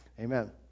Amen